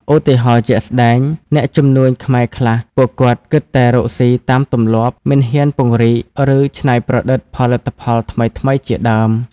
ឧទាហរណ៍ជាក់ស្តែង អ្នកជំនួញខ្មែរខ្លះ ពួកគាត់គិតតែរកស៊ីតាមទម្លាប់ មិនហ៊ានពង្រីក ឬច្នៃប្រឌិតផលិតផលថ្មីៗជាដើម។